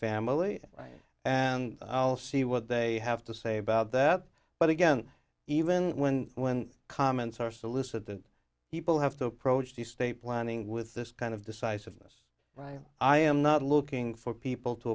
family and i'll see what they have to say about that but again even when when comments are solicit that people have to approach the state planning with this kind of decisiveness right i am not looking for people to